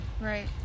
Right